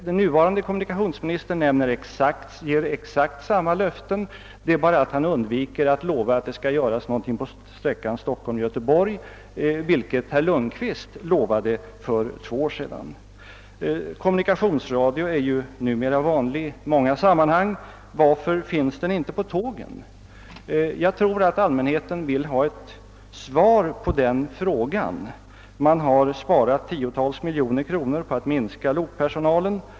Den nuvarande kommunikationsministern ger exakt samma löften — han undviker bara att lova att något skall göras på sträckan Stockholm—Göteborg, vilket däremot statsrådet Lundkvist gjorde för två år sedan. Kommunikationsradio är ju numera vanlig i många sammanhang. Varför finns den inte på tågen? Jag tror att allmänheten vill ha ett svar på denna fråga. Tiotals miljoner kronor har sparats in genom minskning av lokpersonal.